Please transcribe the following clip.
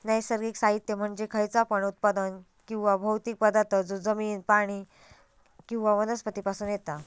नैसर्गिक साहित्य म्हणजे खयचा पण उत्पादन किंवा भौतिक पदार्थ जो जमिन, प्राणी किंवा वनस्पती पासून येता